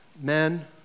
men